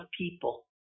people